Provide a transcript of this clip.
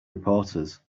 reporters